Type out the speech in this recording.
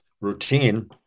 routine